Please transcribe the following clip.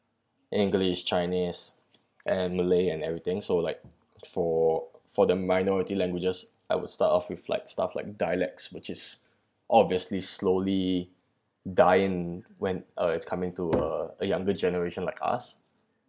english chinese and malay and everything so like for for the minority languages I would start off with like stuff like dialects which is obviously slowly dying when uh it's coming to uh a younger generation like us